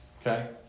Okay